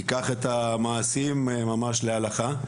תיקח את המעשים ממש להלכה.